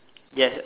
yes